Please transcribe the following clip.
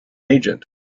agent